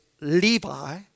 Levi